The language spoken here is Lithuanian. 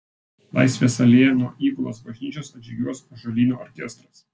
laisvės alėja nuo įgulos bažnyčios atžygiuos ąžuolyno orkestras